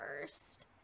first